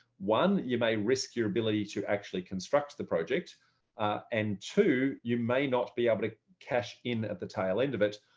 one, you may risk your ability to actually construct the project and two, you may not be able to catch in at the tail end of it,